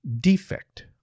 defect